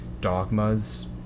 dogmas